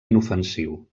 inofensiu